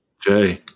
Jay